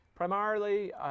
Primarily